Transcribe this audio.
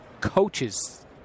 coaches